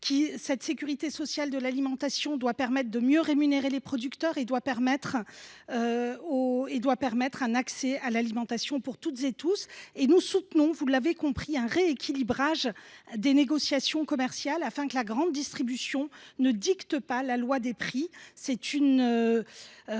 cet hémicycle –, qui doit permettre de mieux rémunérer les producteurs et de favoriser un meilleur accès à l’alimentation pour toutes et tous. Nous soutenons, vous l’avez compris, un rééquilibrage des négociations commerciales, afin que la grande distribution ne dicte pas sa loi sur les prix.